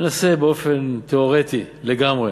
ננסה באופן תיאורטי לגמרי